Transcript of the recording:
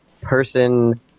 person